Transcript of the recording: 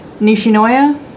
nishinoya